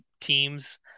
teams